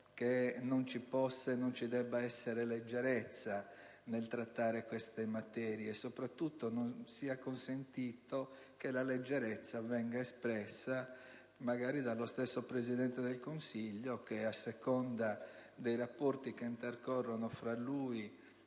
che non ci possa e non ci debba essere leggerezza nel trattare queste materie. In particolare, riteniamo che non sia consentito che la leggerezza venga espressa magari dallo stesso Presidente del Consiglio, il quale, a seconda dei rapporti che intercorrono tra lui